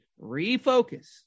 refocus